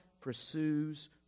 pursues